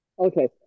Okay